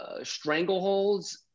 strangleholds